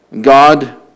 God